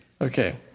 Okay